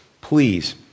Please